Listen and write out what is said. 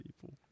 people